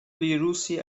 ویروسی